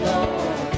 Lord